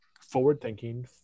forward-thinking